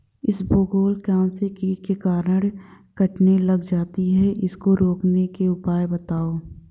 इसबगोल कौनसे कीट के कारण कटने लग जाती है उसको रोकने के उपाय बताओ?